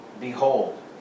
Behold